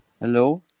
hello